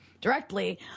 directly